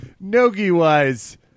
No-gi-wise